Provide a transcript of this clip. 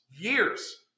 years